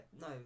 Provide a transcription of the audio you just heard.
no